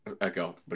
Echo